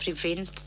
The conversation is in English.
prevent